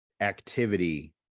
activity